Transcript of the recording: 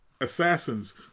assassins